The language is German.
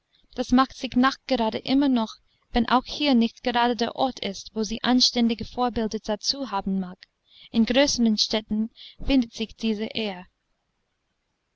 das macht sich nachgerade immer noch wenn auch hier nicht gerade der ort ist wo sie anständige vorbilder dazu haben mag in größeren städten findet sich dies eher